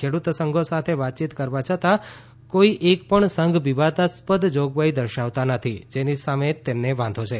ખેડૂત સંઘો સાથે વાતયીત કરવા છતાં કોઈ એકપણ સંઘ વિવાદાસ્પદ જોગવાઈ દર્શાવતા નથી જેની સામે તેમને વાંધો છે